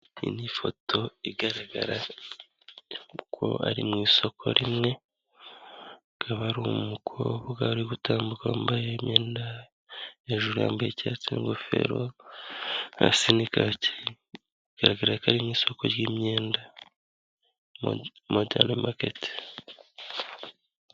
Iyi ni ifoto igaragara uko ari mu isoko rimwe akaba ari umukobwa uri gutambuka wambaye imyenda hejuru yambaye icyatsi n'ingofero, hasi ni kaki, bigaragara ko ari mu isoko ry'imyenda, montana market.